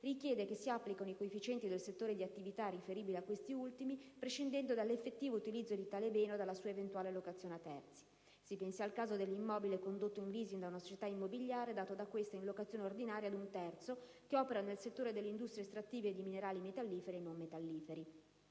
richiede che si applichino i coefficienti del settore di attività riferibile a questi ultimi, prescindendo dall'effettivo utilizzo di tale bene o dalla sua eventuale locazione a terzi. Si pensi al caso dell'immobile condotto in *leasing* da una società immobiliare e dato da questa in locazione ordinaria ad un terzo che opera nel settore delle "industrie estrattive di minerali metalliferi e non metalliferi"